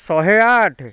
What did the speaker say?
ଶହେ ଆଠ